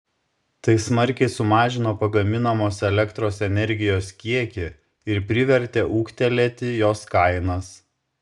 tai smarkiai sumažino pagaminamos elektros energijos kiekį ir privertė ūgtelėti jos kainas